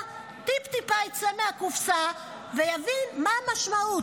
טיפ-טיפה יצא מהקופסה ויבין מה המשמעות.